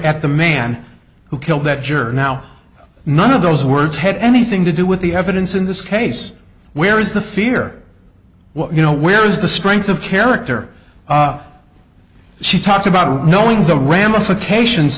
at the man who killed that juror now none of those words had anything to do with the evidence in this case where is the fear what you know where is the strength of character she talked about knowing the ramifications